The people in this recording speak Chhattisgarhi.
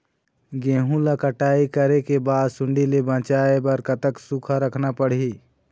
गेहूं ला कटाई करे बाद सुण्डी ले बचाए बर कतक सूखा रखना पड़ही?